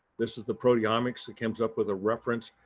this is the proteomics that comes up with a reference.